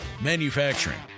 Manufacturing